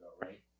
right